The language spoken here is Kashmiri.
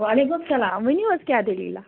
وعلیکُم سلام ؤنِو حظ کیاہ دٔلیٖلہ